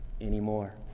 anymore